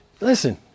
listen